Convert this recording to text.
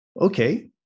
Okay